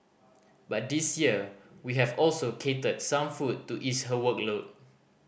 but this year we have also catered some food to ease her workload